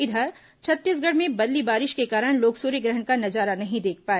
इधर छत्तीसगढ़ में बदली बारिश के कारण लोग सूर्यग्रहण का नजारा नहीं देख पाए